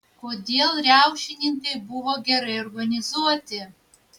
kodėl riaušininkai buvo gerai organizuoti